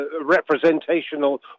representational